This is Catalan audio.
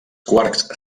quarks